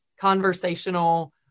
conversational